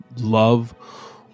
love